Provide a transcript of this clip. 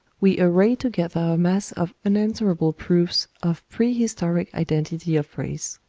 we array together a mass of unanswerable proofs of prehistoric identity of race.